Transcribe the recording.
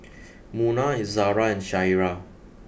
Munah Izzara and Syirah